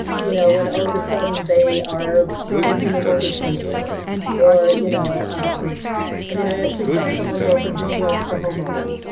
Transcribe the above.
you know when all of a sudden, they are making their mortgage payment with it or you know um i mean i actually saw someone go from homeless to homeowner,